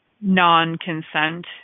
non-consent